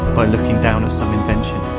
by looking down at some invention